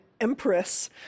empress